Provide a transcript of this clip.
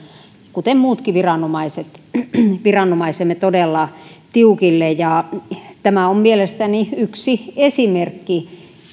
kuten muutkin viranomaisemme todella tiukille tämä on mielestäni yksi esimerkki